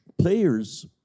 players